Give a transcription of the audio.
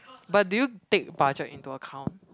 but do you take budget into account